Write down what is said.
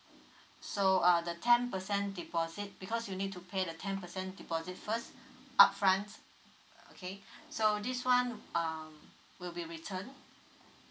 so uh the ten percent deposit because you need to pay the ten percent deposit first upfront okay so this one um will be returned